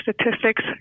Statistics